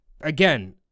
again